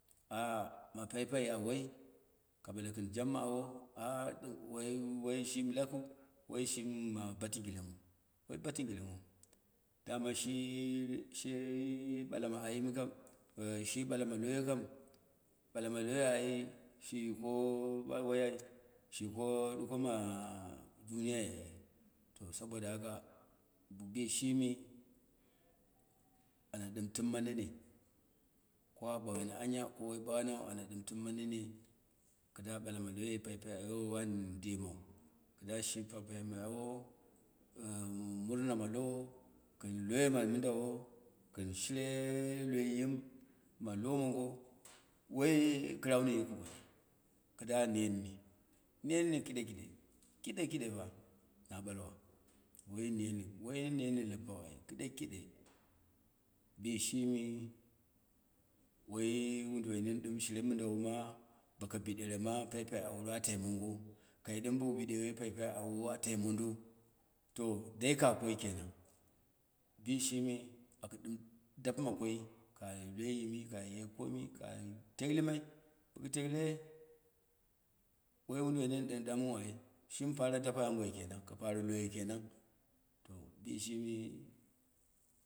ma paipai awai, ka ɓale kɨn jamma awo wai shimi lalau, wai shimi ma batingidinghu, wai batingilingu, dama shi ɓalama ayim kam, balama louo kam baloma ai shik ɓa woi ai, shiko ɗukoma duniya to saboda haka bishimi ana ɗɨm bimma nene ko a ɓeyemi anya ko woi banau ana ɗɨm timma nene, kɨda ɓalama loyou paipai awo wani eman, dashi paipai ma awo, murna ma lowo kɨn loyo ma mɨmdaw, kɨn shire loi yim ma lomongo, wai kɨrau ni yiku, kɨda men ni, nen ni kiɗe kiɗe, kide kiɗepa ma balwa, woi nenni woi nenni hɨppau ai kide kide bishimi, woi woduwoi nin ɗɨm shire mɨndawo ma bako bidere ma paipai aworo a taimango, kai ɗɨm bou biɗeye, paipai mongo a tai mando. To dai ka koi kenan, bishi mi aku ɗɨm dapɨma koi, ka loi yimi ka ye komi ka tuhima, boku teihe, woi woduwo min ɗang mu au, shimi para dape aboi kenan, kɨ pare loyoi kenan, bishini.